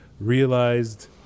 realized